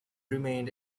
remains